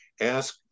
ask